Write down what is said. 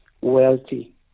wealthy